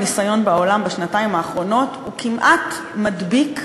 הניסיון בעולם בשנתיים האחרונות הוא כמעט מדביק,